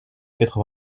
quatre